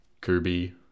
kirby